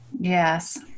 Yes